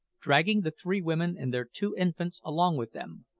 dragging the three women and their two infants along with them.